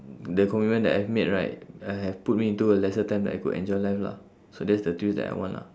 the commitment that I've made right I have put me into a lesser time that I could enjoy life lah so that's the twist that I want lah